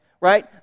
right